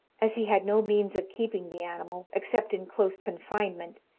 as he had no means of keeping the animal, except in close confinement,